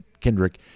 Kendrick